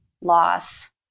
loss